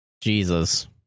Jesus